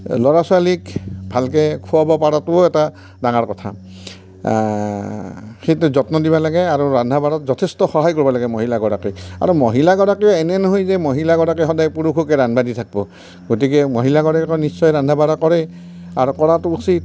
ল'ৰা ছোৱালীক ভালকৈ খুৱাব পৰাটোও এটা ডাঙৰ কথা সেইটো যত্ন দিব লাগে আৰু ৰন্ধা বঢ়াত যথেষ্ট সহায় কৰিব লাগে মহিলাগৰাকীক আৰু মহিলাগৰাকীও এনে নহয় যে মহিলাগৰাকী সদায় পুৰুষকে ৰন্ধা দি থাকিব গতিকে মহিলাগৰাকীয়েও নিশ্চয় ৰন্ধা বঢ়া কৰে আৰু কৰাটো উচিত